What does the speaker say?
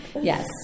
Yes